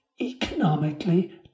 economically